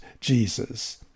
Jesus